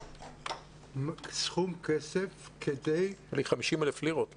סכום כסף כדי --- 50,000 לירות.